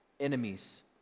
enemies